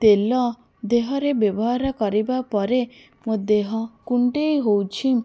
ତେଲ ଦେହରେ ବ୍ୟବହାର କରିବା ପରେ ମୋ ଦେହ କୁଣ୍ଡେଇ ହେଉଛି